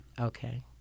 Okay